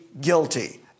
guilty